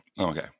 okay